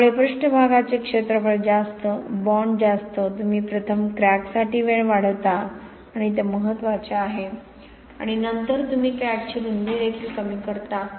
त्यामुळे पृष्ठभागाचे क्षेत्रफळ जास्त बॉण्ड जास्त तुम्ही प्रथम क्रॅकसाठी वेळ वाढवता आणि ते महत्त्वाचे आहे आणि नंतर तुम्ही क्रॅकची रुंदी देखील कमी करता